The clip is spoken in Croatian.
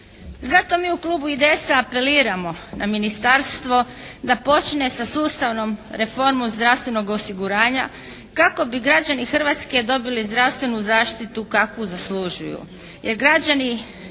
Zato mi u Klubu IDS-a apeliramo na Ministarstvo da počne sa sustavnom reformom zdravstvenog osiguranja kako bi građani Hrvatske dobili zdravstvenu zaštitu kakvu zaslužuju.